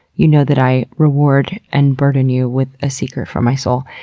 you know that i reward and burden you with a secret from my soul.